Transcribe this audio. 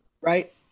right